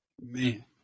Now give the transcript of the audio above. Man